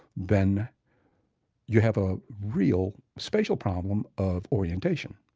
then you have a real spatial problem of orientation.